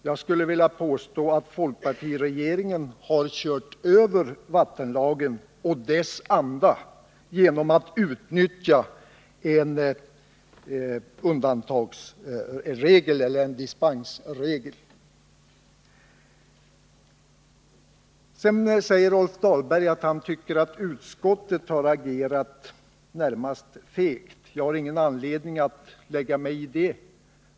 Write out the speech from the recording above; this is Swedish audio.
Jag skulle vilja påstå att folkpartiregeringen har kört över vattenlagen och dess anda genom att utnyttja en dispensregel. Rolf Dahlberg tycker att utskottet har agerat närmast fegt. Jag har ingen anledning att lägga mig i den saken.